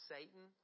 Satan